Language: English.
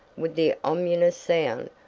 with the ominous sound,